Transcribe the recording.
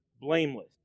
blameless